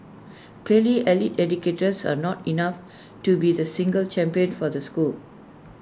clearly allied educators are not enough to be the single champion for the school